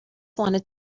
wanted